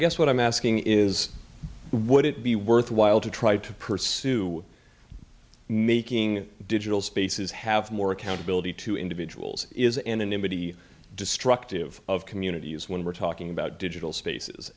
guess what i'm asking is would it be worthwhile to try to pursue what making digital spaces have more accountability to individuals is anonymity destructive of community use when we're talking about digital spaces